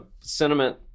sentiment